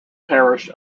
parish